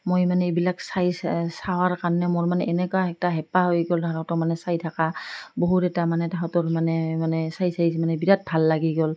মই মানে এইবিলাক চাই চ চাৱাৰ কাৰণে মোৰ মানে এনেকুৱা এটা হেঁপাহ হৈ গ'ল তাহাঁতক মানে চাই থকা বহুত এটা মানে তাঁহাঁতৰ মানে মানে চাই চাই মানে বিৰাট ভাল লাগি গ'ল